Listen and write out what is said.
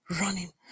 running